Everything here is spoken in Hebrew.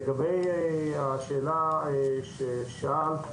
לגבי השאלה ששאלת